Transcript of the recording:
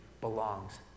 belongs